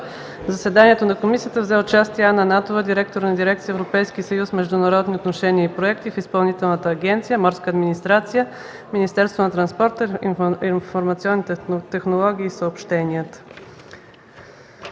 заседанието на Комисията взе участие Анна Натова – директор на Дирекция „Европейски съюз, международни отношения и проекти” в Изпълнителна агенция „Морска администрация”, Министерство на транспорта, информационните технологии и съобщенията.